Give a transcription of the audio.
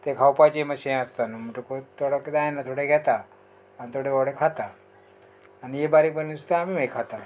तें खावपाचें मातशें हें आसता न्हू म्हणटकूत थोडो किदें जायना थोडें घेता आनी थोडे बाबडे खाता आनी हे बारीक बरे नुस्तें आमी मागीर खाता